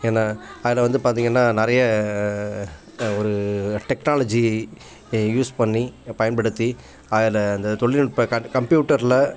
ஏன்னால் அதில் வந்து பார்த்திங்கன்னா நிறைய ஒரு டெக்னாலஜி யூஸ் பண்ணி பயன்படுத்தி அதில் அந்த தொழில்நுட்ப கட் கம்ப்யூட்டரில்